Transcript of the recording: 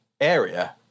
area